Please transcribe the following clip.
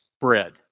bread